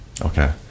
Okay